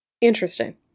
Interesting